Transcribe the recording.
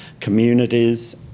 communities